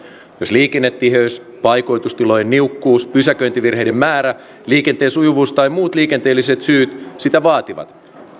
liikennetiheys paikoitustilojen niukkuus pysäköintivirheiden määrä liikenteen sujuvuus tai muut liikenteelliset syyt sitä vaativat